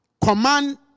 command